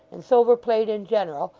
and silver-plate in general,